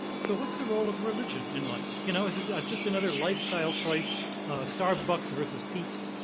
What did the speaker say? so what's the role of religion in life? you know, is it just another lifestyle choice starbucks versus peet's?